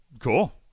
Cool